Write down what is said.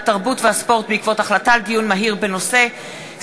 התרבות והספורט בעקבות דיון מהיר בהצעה של חברי הכנסת אילן גילאון